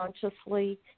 consciously